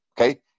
Okay